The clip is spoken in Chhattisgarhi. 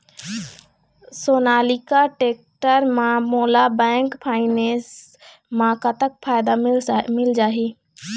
सोनालिका टेक्टर म मोला बैंक फाइनेंस म कतक फायदा मिल जाही?